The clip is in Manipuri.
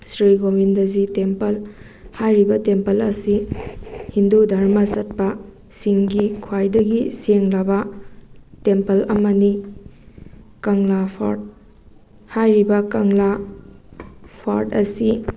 ꯁ꯭ꯔꯤ ꯒꯣꯕꯤꯟꯗꯖꯤ ꯇꯦꯝꯄꯜ ꯍꯥꯏꯔꯤꯕ ꯇꯦꯝꯄꯜ ꯑꯁꯤ ꯍꯤꯟꯗꯨ ꯗꯔꯃ ꯆꯠꯄꯁꯤꯡꯒꯤ ꯈ꯭ꯋꯥꯏꯗꯒꯤ ꯁꯦꯡꯂꯕ ꯇꯦꯝꯄꯜ ꯑꯃꯅꯤ ꯀꯪꯂꯥ ꯐꯣꯔꯗ ꯍꯥꯏꯔꯤꯕ ꯀꯪꯂꯥ ꯐꯣꯔꯗ ꯑꯁꯤ